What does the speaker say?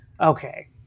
okay